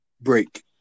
break